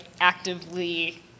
actively